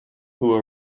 who